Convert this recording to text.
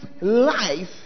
life